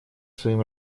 своим